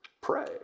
pray